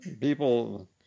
people